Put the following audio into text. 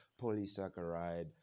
polysaccharide